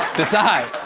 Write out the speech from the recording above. decide.